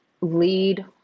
lead